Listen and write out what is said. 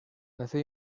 nació